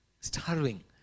starving